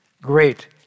great